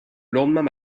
lendemain